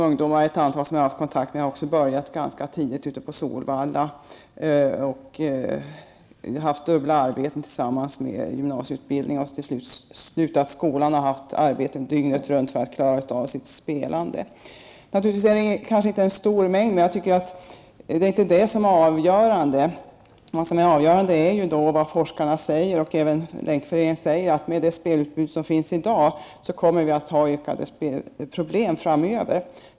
De ungdomar som jag hade kontakt med hade börjat ganska tidigt på Solvalla, haft dubbelarbete vid sidan av gymnasieutbildningen, till slut slutat skolan och arbetat dygnet runt för att klara av sitt spelande. Naturligtvis är det inte fråga om en stor mängd, men det är inte detta som är det avgörande. Det avgörande är vad forskarna och länkrörelsen säger, nämligen att med det spelutbud som finns i dag kommer vi att ha ökade problem framöver.